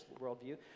worldview